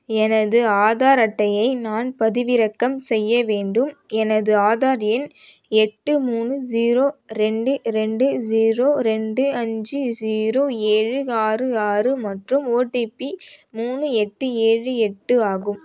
எனது ஆதார் அட்டையை நான் பதிவிறக்கம் செய்ய வேண்டும் எனது ஆதார் எண் எட்டு மூணு ஜீரோ ரெண்டு ரெண்டு ஜீரோ ரெண்டு அஞ்சு ஜீரோ ஏழு ஆறு ஆறு மற்றும் ஓடிபி மூணு எட்டு ஏழு எட்டு ஆகும்